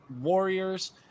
Warriors